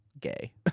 gay